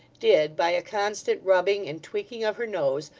did, by a constant rubbing and tweaking of her nose,